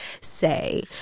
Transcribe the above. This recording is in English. say